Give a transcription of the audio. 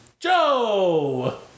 Joe